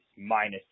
minus